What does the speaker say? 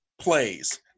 plays –